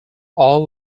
all